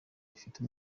bifite